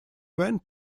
went